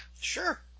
Sure